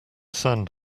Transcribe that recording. sand